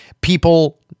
People